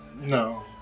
No